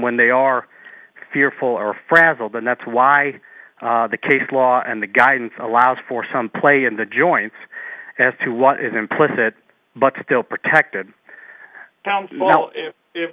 when they are fearful or frazzled and that's why the case law and the guidance allows for some play in the joints as to what is implicit but still protected counsel if i